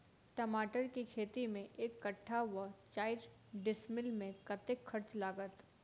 टमाटर केँ खेती मे एक कट्ठा वा चारि डीसमील मे कतेक खर्च लागत?